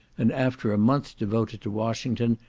and after a month devoted to washington,